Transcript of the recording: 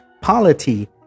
polity